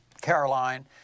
Caroline